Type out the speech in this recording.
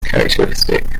characteristic